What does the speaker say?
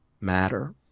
matter